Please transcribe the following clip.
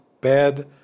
bad